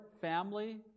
family